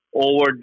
over